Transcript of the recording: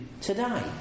today